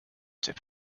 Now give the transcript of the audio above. tip